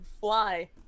fly